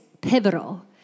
pivotal